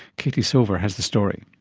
katie silver has the story.